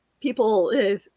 people